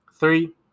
Three